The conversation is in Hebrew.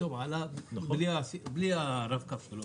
פתאום עלה בלי הרב-קו שלו,